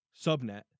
subnet